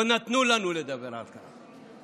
לא נתנו לנו לדבר על כך.